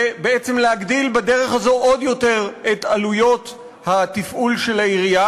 ובעצם להגדיל בדרך הזו עוד יותר את עלויות התפעול של העירייה,